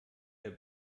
der